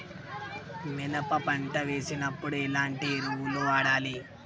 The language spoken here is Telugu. మినప పంట వేసినప్పుడు ఎలాంటి ఎరువులు వాడాలి?